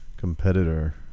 competitor